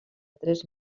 tres